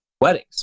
weddings